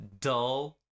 dull